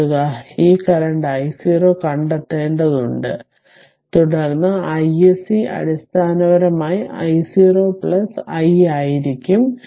കരുതുക ഈ current i0 കണ്ടെത്തേണ്ടതുണ്ട് തുടർന്ന് iSC അടിസ്ഥാനപരമായി i0 i ആയിരിക്കും